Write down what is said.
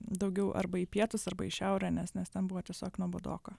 daugiau arba į pietus arba į šiaurę nes nes ten buvo tiesiog nuobodoka